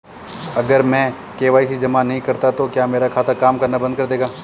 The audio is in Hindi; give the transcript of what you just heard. अगर मैं के.वाई.सी जमा नहीं करता तो क्या मेरा खाता काम करना बंद कर देगा?